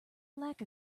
lack